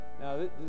Now